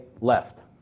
left